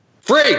free